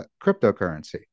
cryptocurrency